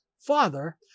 Father